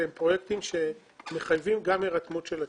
אלה פרויקטים שמחייבים גם הירתמות של הציבור.